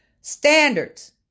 standards